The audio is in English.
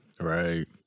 Right